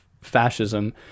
fascism